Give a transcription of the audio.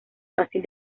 fácil